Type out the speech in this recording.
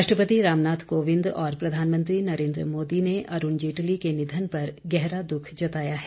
राष्ट्रपति रामनाथ कोविंद और प्रधानमंत्री नरेन्द्र मोदी ने अरूण जेटली के निधन पर गहरा दुख जताया है